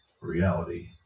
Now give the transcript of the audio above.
reality